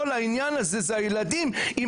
מי שחווה את כל העניין הזה זה הילדים עם